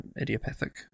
idiopathic